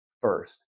First